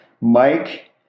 Mike